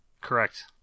Correct